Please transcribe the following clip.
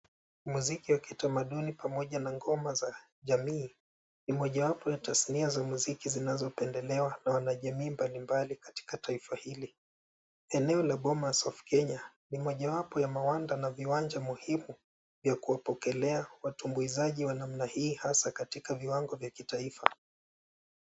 Mziki ya kitamaduni pamoja na ngoma za jamii ni mojawapo ya tasnia za muziki zinazopendelewa na wanajamii mbalimbali katika taifa hili. Eneo la Bomas of Kenya, ni mojawapo ya mawanda na viwanja mihimu vya kuwapokelea watumbuizaji wa namna hii hasa katika viwango vya kitaifa.